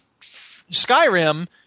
Skyrim